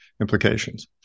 implications